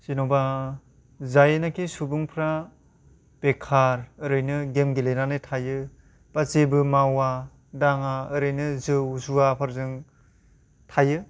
जेन'बा जायनाखि सुबुंफ्रा बेखार ओरैनो गेम गेलेनानै थायो बा जेबो मावा दाङा ओरैनो जौ जुवाफोरजों थायो